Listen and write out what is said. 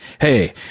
hey